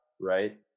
right